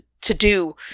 to-do